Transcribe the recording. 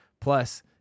Plus